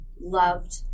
loved